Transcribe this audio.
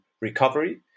recovery